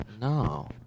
no